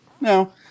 no